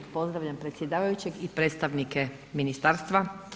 Pozdravljam predsjedavajućeg i predstavnike ministarstva.